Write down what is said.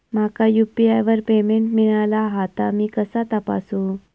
माका यू.पी.आय वर पेमेंट मिळाला हा ता मी कसा तपासू?